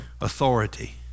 authority